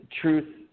truth